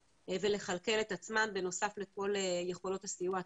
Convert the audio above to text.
ולכלכל את עצמם בנוסף לכל יכולות הסיוע הצה"ליות.